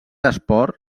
esport